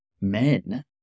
men